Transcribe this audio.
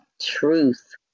truth